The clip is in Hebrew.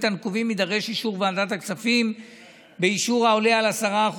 הנקובים יידרש אישור ועדת הכספים בשיעור העולה על 10%,